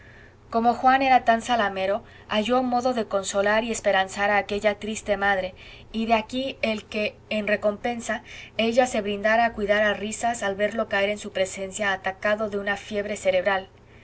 como juan era tan zalamero halló modo de consolar y esperanzar a aquella triste madre y de aquí el que en recompensa ella se brindara a cuidar a risas al verlo caer en su presencia atacado de una fiebre cerebral